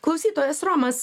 klausytojas romas